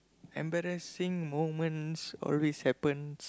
embarrassing moments always happens